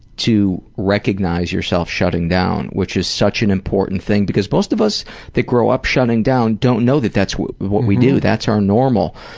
to recognize yourself shutting down, which is such an important thing because most of us that grow up shutting down don't know that that's what we do that's our normal.